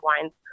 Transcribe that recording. wines